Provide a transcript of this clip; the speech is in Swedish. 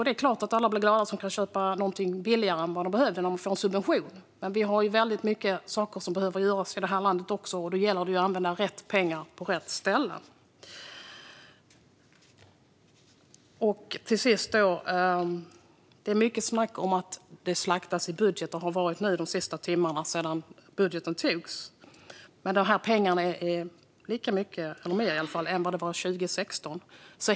Det är klart att alla blir glada när de kan köpa någonting som blir billigare när de får en subvention. Men vi har väldigt mycket saker som behöver göras i det här landet, och då gäller det att använda rätt pengar på rätt ställe. Till sist: Det har varit mycket snack om att det slaktas i budgeten under de timmar som gått sedan budgeten togs. Men det är lika mycket pengar eller mer om man jämför med 2016.